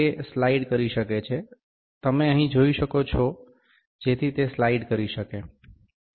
તે સ્લાઇડ કરી શકે છે તમે અહીં જોઈ શકો છો જેથી તે સ્લાઇડ કરી શકે